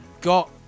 got